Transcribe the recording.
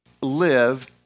live